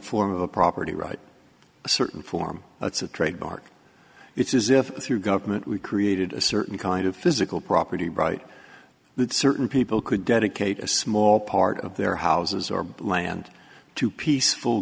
form of a property right a certain form it's a trademark it's as if through government we created a certain kind of physical property right that certain people could dedicate a small part of their houses or bland to peaceful